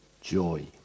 joy